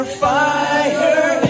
fire